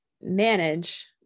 manage